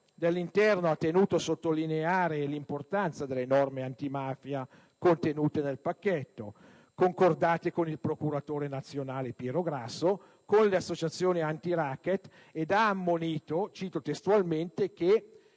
dell'interno ha tenuto a sottolineare l'importanza delle norme antimafia contenute nel pacchetto, concordate con il procuratore nazionale Piero Grasso, con le associazioni antiracket ed ha ammonito sostenendo che